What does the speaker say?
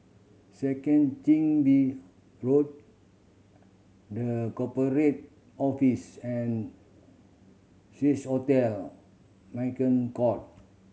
Second Chin Bee Road The Corporate Office and hotel Merchant Court